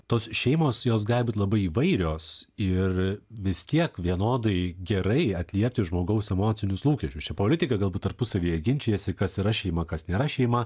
tos šeimos jos gali būt labai įvairios ir vis tiek vienodai gerai atliepti žmogaus emocinius lūkesčius čia politikai galbūt tarpusavyje ginčijasi kas yra šeima kas nėra šeima